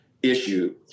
Issue